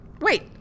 wait